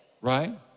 right